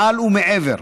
מעל ומעבר: